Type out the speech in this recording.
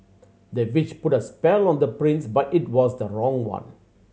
the witch put a spell on the prince but it was the wrong one